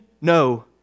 No